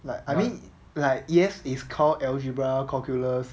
like I mean like yes if called algebra calculus